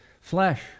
flesh